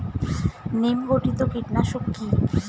নিম ঘটিত কীটনাশক কি?